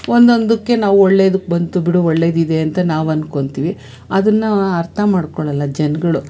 ಒಂದೊಂದಕ್ಕೆ ನಾವು ಒಳ್ಳೇದಕ್ಕೆ ಬಂತು ಬಿಡು ಒಳ್ಳೇದಿದೆ ಅಂತ ನಾವು ಅಂದ್ಕೊಳ್ತೀವಿ ಅದನ್ನು ಅರ್ಥ ಮಾಡ್ಕೊಳೋಲ್ಲ ಜನಗಳು